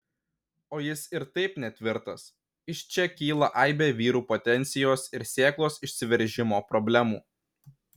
o jis ir taip netvirtas iš čia kyla aibė vyrų potencijos ir sėklos išsiveržimo problemų